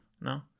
No